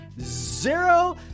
Zero